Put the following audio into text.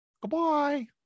goodbye